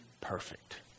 perfect